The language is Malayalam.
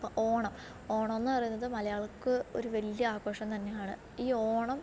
ഇപ്പം ഓണം ഓണമെന്ന് പറയുന്നത് മലയാളിക്ക് ഒരു വലിയ ആഘോഷം തന്നെയാണ് ഈ ഓണം